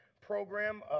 program